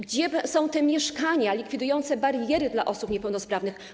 Gdzie są te mieszkania likwidujące bariery dla osób niepełnosprawnych?